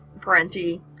Parenti